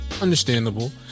Understandable